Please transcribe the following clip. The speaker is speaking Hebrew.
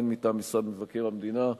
הן מטעם משרד מבקר המדינה,